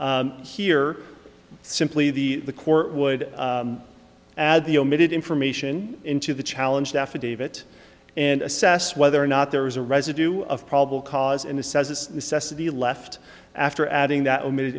e here simply the the court would add the omitted information into the challenge affidavit and assess whether or not there was a residue of probable cause and a says to the left after adding that omitted